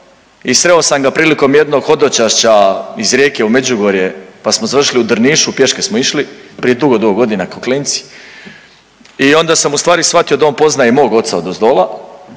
i sreo sam ga prilikom jednog hodočašća iz Rijeke u Međugorje pa smo završili u Drnišu, pješke smo išli prije dugo, dugo godina ko klinci i onda sam u stvari shvatio da on poznaje i mog oca odozdola.